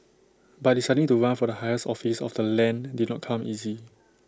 but deciding to run for the highest office of the land did not come easy